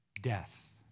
Death